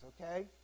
okay